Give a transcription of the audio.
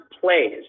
plays